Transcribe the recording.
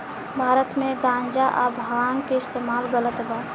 भारत मे गांजा आ भांग के इस्तमाल गलत बा